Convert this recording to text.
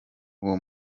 uwo